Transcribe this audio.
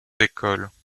écoles